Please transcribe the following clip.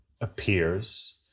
appears